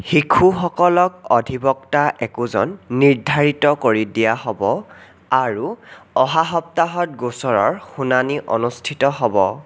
শিশুসকলক অধিবক্তা একোজন নিৰ্ধাৰিত কৰি দিয়া হ'ব আৰু অহা সপ্তাহত গোচৰৰ শুনানি অনুষ্ঠিত হ'ব